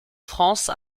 france